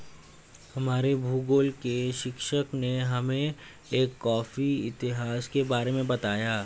हमारे भूगोल के शिक्षक ने हमें एक कॉफी इतिहास के बारे में बताया